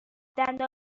دندان